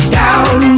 down